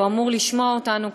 הוא אמור לשמוע אותנו,